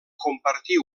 compartir